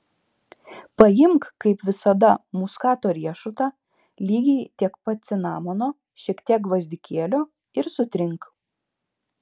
paimk kaip visada muskato riešutą lygiai tiek pat cinamono šiek tiek gvazdikėlio ir sutrink